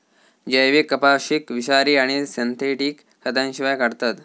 जैविक कपाशीक विषारी आणि सिंथेटिक खतांशिवाय काढतत